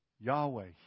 Yahweh